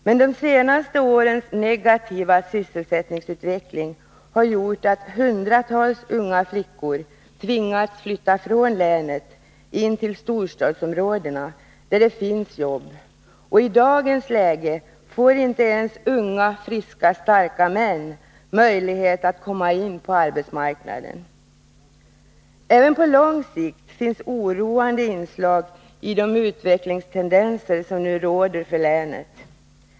Men de senaste årens negativa sysselsättningsutveckling har gjort att hundratals unga flickor tvingats flytta från länet in till storstadsområdena, där det finns jobb. I dagens läge får inte ens unga, friska, starka män möjlighet att komma in på arbetsmarknaden i Gävleborg. Även på lång sikt finns oroande inslag i de utvecklingstendenser som nu råder för länet.